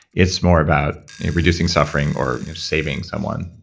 it's more about reducing suffering or saving someone.